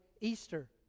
Easter